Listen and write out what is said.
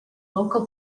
local